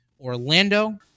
Orlando